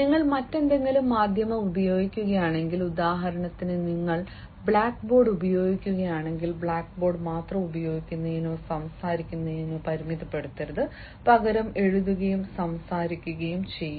നിങ്ങൾ മറ്റേതെങ്കിലും മാധ്യമം ഉപയോഗിക്കുകയാണെങ്കിൽ ഉദാഹരണത്തിന് നിങ്ങൾ ബ്ലാക്ക്ബോർഡ് ഉപയോഗിക്കുകയാണെങ്കിൽ ബ്ലാക്ക്ബോർഡ് മാത്രം ഉപയോഗിക്കുന്നതിനോ സംസാരിക്കുന്നതിനോ പരിമിതപ്പെടുത്തരുത് പകരം എഴുതുകയും സംസാരിക്കുകയും ചെയ്യുക